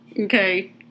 Okay